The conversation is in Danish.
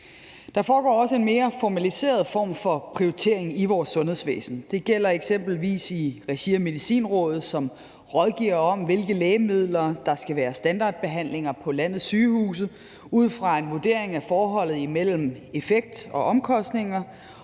Der foregår også en mere formaliseret form for prioritering i vores sundhedsvæsen. Det gælder eksempelvis i regi af Medicinrådet, som rådgiver om, hvilke lægemidler der skal være standardbehandlinger på landets sygehuse ud fra en vurdering af forholdet imellem effekt og omkostninger,